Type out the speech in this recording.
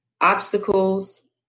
obstacles